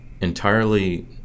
entirely